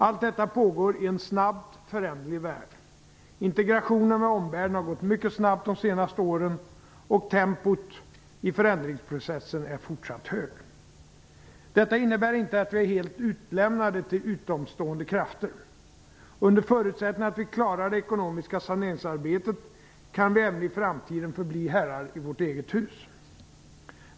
Allt detta pågår i en snabbt föränderlig värld. Integrationen av omvärlden har gått mycket snabbt de senaste åren och tempot i förändringsprocessen är fortsatt högt. Detta innebär inte att vi är helt utlämnade till utomstående krafter. Under förutsättning att vi klarar det ekonomiska saneringsarbetet kan vi även i framtiden förbli "herrar i vårt eget hus".